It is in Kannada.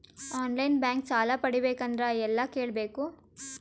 ಆನ್ ಲೈನ್ ಬ್ಯಾಂಕ್ ಸಾಲ ಪಡಿಬೇಕಂದರ ಎಲ್ಲ ಕೇಳಬೇಕು?